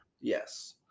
Yes